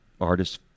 artist's